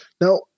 Now